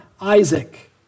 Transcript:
Isaac